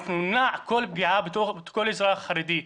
אנחנו נמנע כל פגיעה בכל אזרח חרדי,